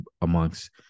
amongst